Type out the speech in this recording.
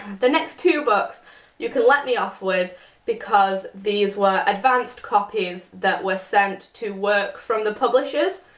the next two books you can let me off with because these were advanced copies that were sent to work from the publishers.